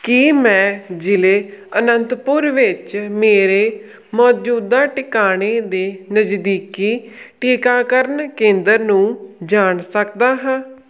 ਕੀ ਮੈਂ ਜ਼ਿਲ੍ਹੇ ਅਨੰਤਪੁਰ ਵਿੱਚ ਮੇਰੇ ਮੌਜੂਦਾ ਟਿਕਾਣੇ ਦੇ ਨਜ਼ਦੀਕੀ ਟੀਕਾਕਰਨ ਕੇਂਦਰ ਨੂੰ ਜਾਣ ਸਕਦਾ ਹਾਂ